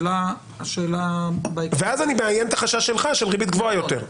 אז אני מאיין את החשש שלך של ריבית גבוהה יותר.